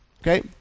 Okay